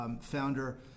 founder